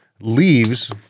leaves